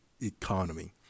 economy